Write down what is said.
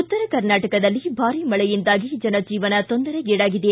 ಉತ್ತರ ಕರ್ನಾಟಕದಲ್ಲಿ ಭಾರೀ ಮಳೆಯಿಂದಾಗಿ ಜನ ಜೀವನ ತೊಂದರೆಗಿಡಾಗಿದೆ